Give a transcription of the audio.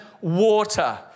water